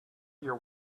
your